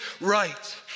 right